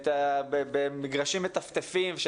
במגרשים מטפטפים.